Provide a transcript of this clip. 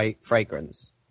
fragrance